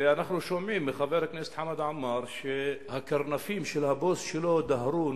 ואנחנו שומעים מחבר הכנסת חמד עמאר שהקרנפים של הבוס שלו דהרו,